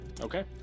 Okay